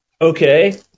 Okay